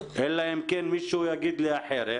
אלא אם כן מישהו יגיד לי אחרת,